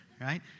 Right